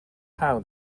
how